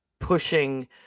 pushing